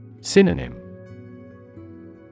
Synonym